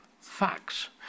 facts